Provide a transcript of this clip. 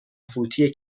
فوتی